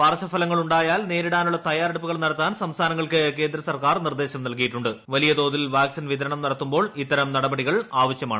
പാർശ്വഫലങ്ങൾ ഉണ്ടായാൽ നേരിടാനുള്ള തയ്യാറെടുപ്പുകൾ നടത്താൻ സംസ്ഥാനങ്ങൾക്ക് കേന്ദ്ര സർക്കാർ നിർദ്ദേശം നൽകിയിട്ടുണ്ട് വലിയ തോതിൽ വാക്സിൻ വിതരണം നടത്തുമ്പോൾ ഇർത്തരം നടപടികൾ ആവശ്യമാണ്